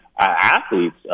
athletes